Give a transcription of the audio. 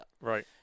Right